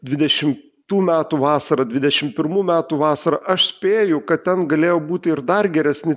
dvidešimtų metų vasarą dvidešim pirmų metų vasarą aš spėju kad ten galėjo būti ir dar geresni